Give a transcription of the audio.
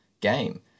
game